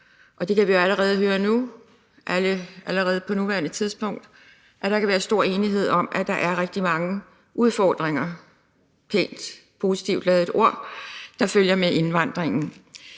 høre på nuværende tidspunkt, at der kan være stor enighed om, at der er rigtig mange udfordringer – med et pænt og positivt ladet ord – som følger med indvandringen.